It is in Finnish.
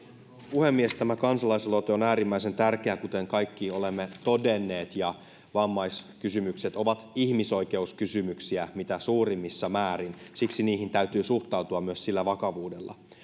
puhemies tämä kansalaisaloite on äärimmäisen tärkeä kuten kaikki olemme todenneet ja vammaiskysymykset ovat ihmisoikeuskysymyksiä mitä suurimmassa määrin siksi niihin täytyy suhtautua myös sillä vakavuudella